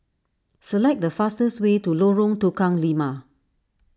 select the fastest way to Lorong Tukang Lima